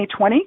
2020